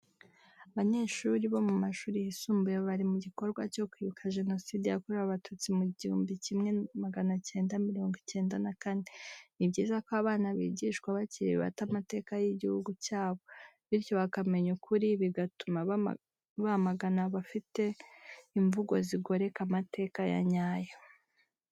Abanyeshuri bo mu mashuri yisumbuye bari mu gikorwa cyo kwibuka Jenoside yakorewe Abatutsi mu gihumbi kimwe magana cyenda mirongo icyenda na kane, ni byiza ko abana bigishwa bakiri bato amateka y'igihugu cyabo, bityo bakamenya ukuri bigatuma bamagana abafite imvugo zigoreka amateka ya nyayo.